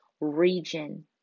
region